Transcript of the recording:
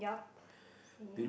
yup same